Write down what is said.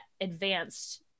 advanced